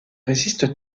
résiste